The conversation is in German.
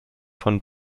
von